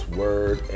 word